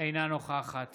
אינה נוכחת